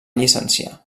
llicenciar